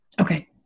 Okay